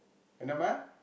என்ன:enna ma